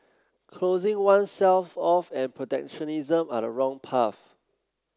closing oneself off and protectionism are the wrong path